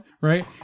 right